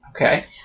Okay